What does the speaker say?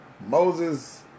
Moses